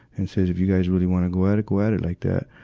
and says, if you guys really wanna go at it, go at it like that.